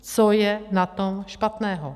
Co je na tom špatného?